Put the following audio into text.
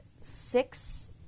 six